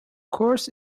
course